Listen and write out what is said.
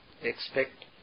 expect